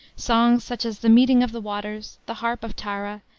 songs such as the meeting of the waters, the harp of tara,